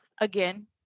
again